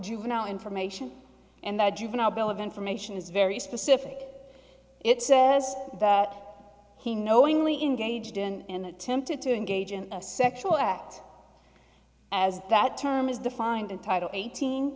juvenile information and that juvenile bill of information is very specific it says that he knowingly in gauged and attempted to engage in a sexual act as that term is defined in title eighteen